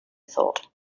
thought